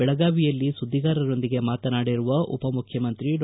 ಬೆಳಗಾವಿಯಲ್ಲಿ ಸುದ್ದಿಗಾರರೊಂದಿಗೆ ಮಾತನಾಡಿರುವ ಉಪಮುಖ್ಯಮಂತ್ರಿ ಡಾ